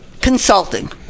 Consulting